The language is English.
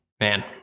man